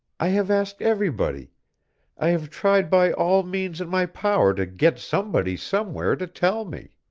i have asked everybody i have tried by all means in my power to get somebody somewhere to tell me.